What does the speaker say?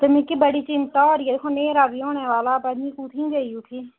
ते मिकी बड़ी चिंता होआ दी ऐ दिक्खो न्हेरा बी होने आह्ला ऐ कुड़ी कुत्थै गेई उठी